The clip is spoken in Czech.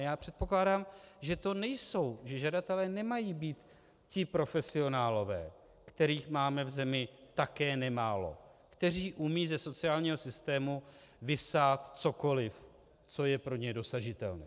Já předpokládám, že žadatelé nemají být ti profesionálové, kterých máme v zemi také nemálo, kteří umí ze sociálního systému vysát cokoli, co je pro ně dosažitelné.